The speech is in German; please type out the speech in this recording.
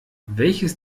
welches